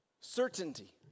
Certainty